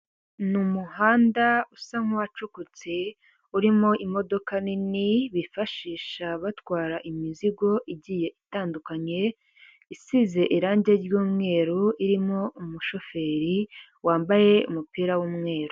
Ni umuhanda usa nk’uwacukutse urimo imodoka nini bifashisha batwara imizigo igiye itandukanye, isize irangi ry’umweru irimo umushoferi wambaye umupira w'umweru.